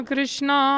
Krishna